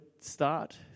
start